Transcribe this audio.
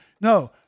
No